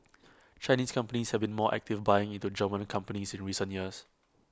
Chinese companies have been more active buying into German companies in recent years